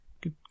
Good